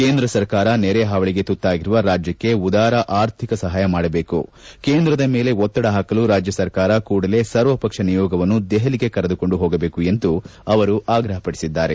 ಕೇಂದ್ರ ಸರ್ಕಾರ ನೆರೆ ಹಾವಳಿಗೆ ತುತ್ತಾಗಿರುವ ರಾಜ್ಯಕ್ಷೆ ಉದಾರ ಆರ್ಥಿಕ ಸಹಾಯ ಮಾಡಬೇಕು ಕೇಂದ್ರದ ಮೇಲೆ ಒತ್ತಡ ಹಾಕಲು ರಾಜ್ಯ ಸರ್ಕಾರ ಕೂಡಲೇ ಸರ್ವಪಕ್ಷ ನಿಯೋಗವನ್ನು ದೆಹಲಿಗೆ ಕರೆದುಕೊಂಡು ಹೋಗಬೇಕು ಎಂದು ಅವರು ಆಗ್ರಹಪಡಿಸಿದ್ದಾರೆ